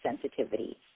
sensitivity